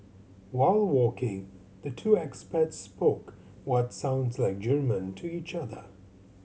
while walking the two expats spoke what sounds like German to each other